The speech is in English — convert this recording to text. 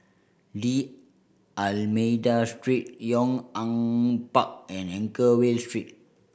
D'Almeida Street Yong An Park and Anchorvale Street